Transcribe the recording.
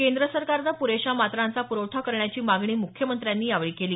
केंद्र सरकारनं पुरेशा मात्रांचा प्रवठा करण्याची मागणी मुख्यमंत्र्यांनी यावेळी केली